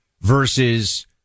versus